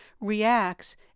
reacts